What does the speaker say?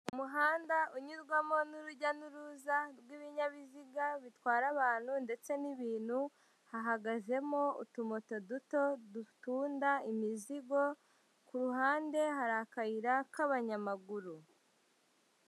Umuhanda unyurwamo n'urujya n'uruza rw'ibinyabiziga bitwara abantu ndetse n'ibintu, hahagazemo utumoto duto dutunda imizigo, ku ruhande hari akayira k'abanyamaguru.